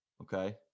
Okay